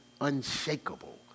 Unshakable